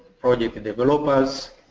project developers